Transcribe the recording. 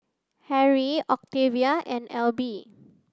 Harry Octavia and Elby